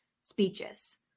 speeches